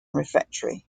refectory